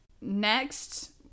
next